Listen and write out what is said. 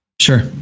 Sure